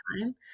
Time